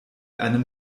einen